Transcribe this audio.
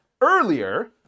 Earlier